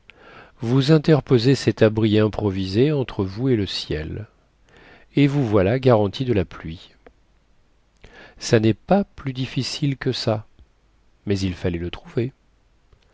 vous interposez cet abri improvisé entre vous et le ciel et vous voilà garanti de la pluie ça nest pas plus difficile que ça mais il fallait le trouver